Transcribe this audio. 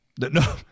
No